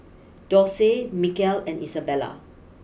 Dorsey Mikel and Isabela